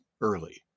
early